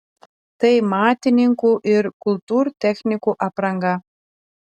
tai matininkų ir kultūrtechnikų apranga